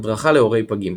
הדרכה להורי פגים